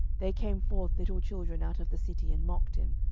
there came forth little children out of the city, and mocked him,